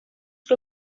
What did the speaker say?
que